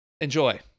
Enjoy